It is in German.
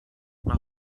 nach